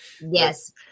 Yes